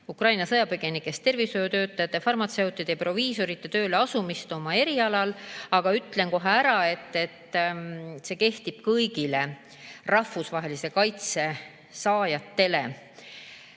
Ukraina sõjapõgenikest tervishoiutöötajate, farmatseutide ja proviisorite tööle asumine oma erialal. Aga ütlen kohe ära, et see kehtib kõigile rahvusvahelise kaitse saajatele.